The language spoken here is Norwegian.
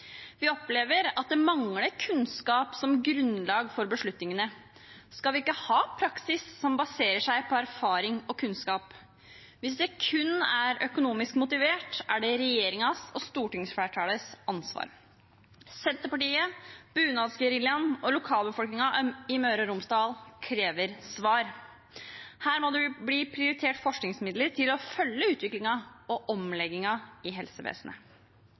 Vi opplever at det mangler kunnskap som grunnlag for beslutningene. Skal vi ikke ha praksis som baserer seg på erfaring og kunnskap? Hvis det kun er økonomisk motivert, er det regjeringa og stortingsflertallets ansvar. Senterpartiet, bunadsgeriljaen og lokalbefolkningen i Møre og Romsdal krever svar. Her må det bli prioritert forskningsmidler til å følge utviklingen og omleggingen i helsevesenet.